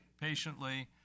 patiently